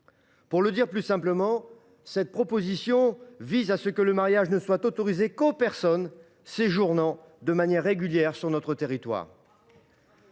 Pour le dire plus simplement, il tend à ce que le mariage ne soit autorisé qu’aux personnes séjournant de manière régulière sur notre territoire.